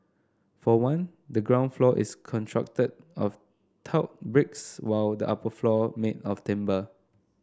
for one the ground floor is constructed of tiled bricks while the upper floor made of timber